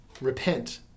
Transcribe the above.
repent